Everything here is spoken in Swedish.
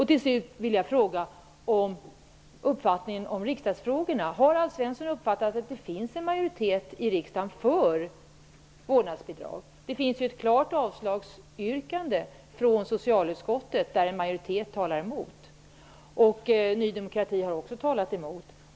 Till slut vill jag fråga: Hur har Alf Svensson uppfattat att det finns en majoritet i riksdagen för vårdnadsbidrag? Det finns ju ett klart avslagsyrkande från socialutskottet där en majoritet talar emot, och Ny demokrati har också talat emot.